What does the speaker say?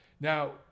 Now